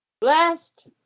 Blessed